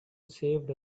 saved